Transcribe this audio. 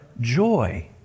joy